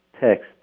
text